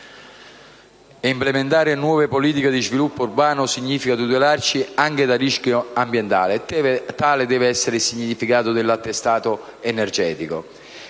Implementare nuove politiche di sviluppo urbano significa tutelarci anche da rischi ambientali e tale deve essere il significato dell'attestato energetico.